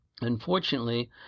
Unfortunately